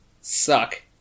suck